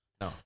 No